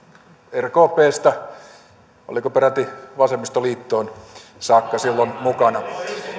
rkpstä oliko peräti vasemmistoliittoon saakka silloin mukana